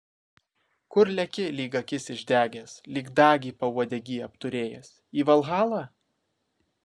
kur leki lyg akis išdegęs lyg dagį pauodegy apturėjęs į valhalą